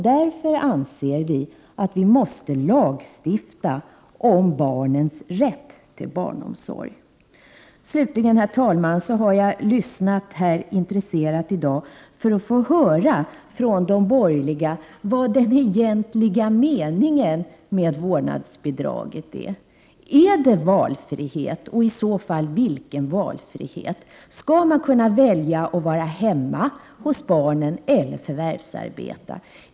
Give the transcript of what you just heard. Därför anser vi att vi måste lagstifta om barnens rätt till barnomsorg. Slutligen, herr talman, vill jag säga att jag lyssnat intresserat här i dag för att få höra från de borgerliga vad den egentliga meninga med vårdnadsersättningen är. Är den egentliga meningen valfrihet och i så fall vilken valfrihet? Skall man kunna välja att vara hemma hos barnen eller att förvärvsarbeta?